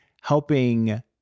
helping